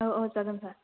औ औ जागोन सार